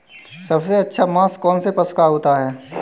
सबसे अच्छा मांस कौनसे पशु का होता है?